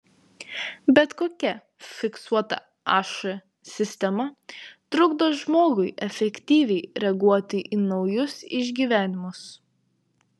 bet kokia fiksuota aš sistema trukdo žmogui efektyviai reaguoti į naujus išgyvenimus